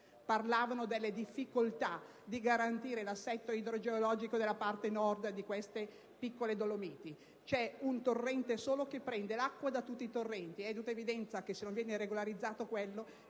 sottolineavano le difficoltà di garantire l'assetto idrogeologico della parte Nord di queste Piccole Dolomiti: c'è un solo torrente che riceve l'acqua da tutti i torrenti ed è di tutta evidenza che, se non viene regolarizzato quello,